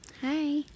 hi